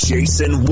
Jason